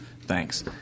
Thanks